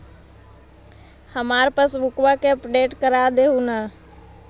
हमार पासबुकवा के अपडेट कर देहु ने?